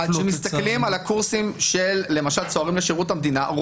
כשמסתכלים על הקורסים למשל של צוערים בשירות המדינה,